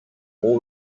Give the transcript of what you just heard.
all